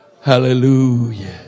Hallelujah